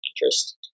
interest